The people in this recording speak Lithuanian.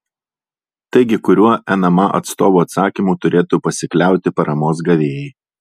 taigi kuriuo nma atstovų atsakymu turėtų pasikliauti paramos gavėjai